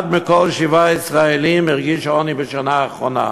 אחד מכל שבעה ישראלים הרגיש עוני בשנה האחרונה,